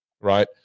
right